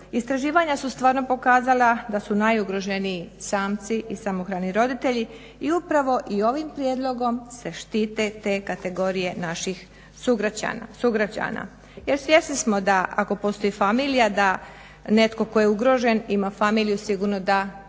istraživanja su stvarno pokazala da su najugroženiji samci i samohrani roditelji i upravo i ovim prijedlogom se štite te kategorije naših sugrađana. Jer svjesni smo da ako postoji familija, da netko tko je ugrožen ima familiju sigurno da